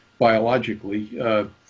biologically